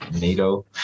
nato